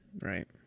Right